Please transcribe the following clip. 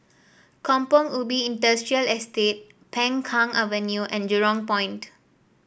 Kampong Ubi Industrial Estate Peng Kang Avenue and Jurong Point